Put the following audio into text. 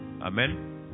Amen